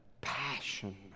passion